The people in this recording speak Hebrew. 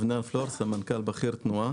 אני סמנכ"ל בכיר תנועה